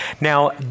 Now